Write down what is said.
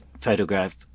photograph